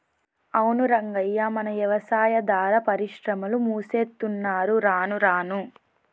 అవును రంగయ్య మన యవసాయాదార పరిశ్రమలు మూసేత్తున్నరు రానురాను